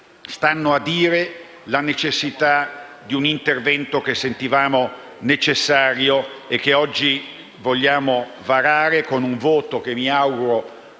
indicano la necessità di un intervento che sentivamo doveroso e che oggi vogliamo varare con un voto che mi auguro